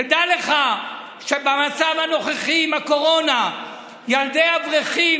תדע לך שבמצב הנוכחי עם הקורונה ילדי אברכים